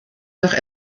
noch